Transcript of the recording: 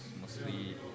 Mostly